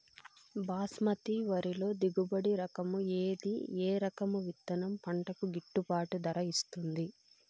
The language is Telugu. బాస్మతి వరిలో దిగుబడి రకము ఏది ఏ రకము విత్తనం పంటకు గిట్టుబాటు ధర ఇస్తుంది